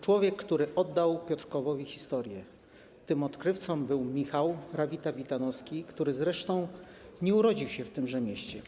Człowiek, który oddał Piotrkowowi historię, tym odkrywcą był Michał Rawita-Witanowski, który zresztą nie urodził się w tymże mieście.